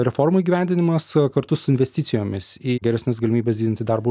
reformų įgyvendinimas kartu su investicijomis į geresnes galimybes didinti darbo